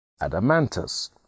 Adamantus